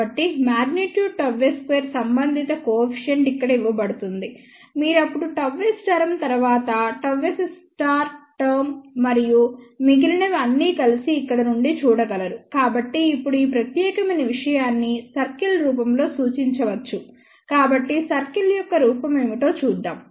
కాబట్టి |Γs|2 సంబంధిత కోఎఫిషియెంట్ ఇక్కడ ఇవ్వబడుతుంది మీరు అప్పుడు Γs టర్మ్ తర్వాత Γs టర్మ్ మరియు మిగిలినవి అన్ని కలిసి ఇక్కడ నుండి చూడగలరుకాబట్టి ఇప్పుడు ఈ ప్రత్యేకమైన విషయాన్ని సర్కిల్ రూపంలో సూచించవచ్చు కాబట్టి సర్కిల్ యొక్క రూపం ఏమిటో చూద్దాం